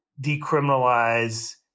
decriminalize